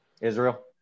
Israel